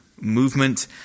movement